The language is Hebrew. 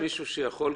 יש מישהו שיכול?